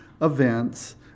events